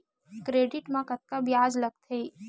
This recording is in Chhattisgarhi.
क्रेडिट मा कतका ब्याज लगथे?